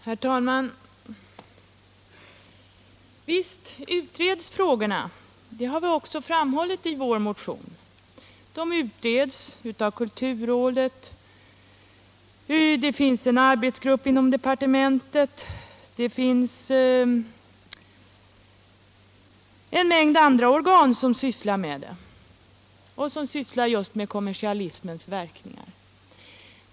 Herr talman! Visst utreds frågorna. Det har vi också framhållit i vår motion. De utreds i kulturrådet. Det finns en arbetsgrupp inom departementet. Det finns en mängd andra organ som sysslar med frågan och dess kommersiella verkningar.